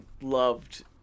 loved